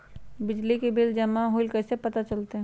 बिजली के बिल जमा होईल ई कैसे पता चलतै?